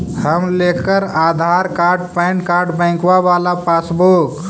हम लेकर Aadhaar card PAN card बैंकवा वाला पासबुक?